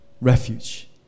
refuge